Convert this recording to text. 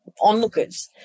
onlookers